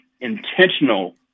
intentional